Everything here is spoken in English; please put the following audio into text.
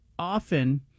often